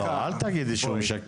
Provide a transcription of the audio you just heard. לא, אל תגידי שהוא משקר.